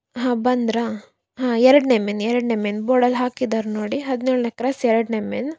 ಹಾಂ ಬಂದಿರಾ ಹಾಂ ಎರಡನೇ ಮೇನ್ ಎರಡನೇ ಮೇನ್ ಬೋರ್ಡಲ್ಲಿ ಹಾಕಿದಾರೆ ನೋಡಿ ಹದಿನೇಳನೇ ಕ್ರಾಸ್ ಎರಡನೇ ಮೇನ್